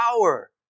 power